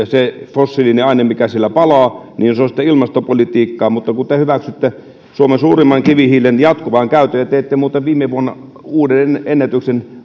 se fossiilinen aine mikä siellä palaa se on sitä ilmastopolitiikkaa mutta te hyväksytte suomen suurimman kivihiilen jatkuvan käytön ja teitte muuten viime vuonna uuden ennätyksen